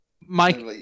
Mike